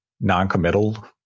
noncommittal